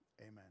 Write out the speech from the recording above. amen